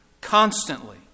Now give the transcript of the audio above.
constantly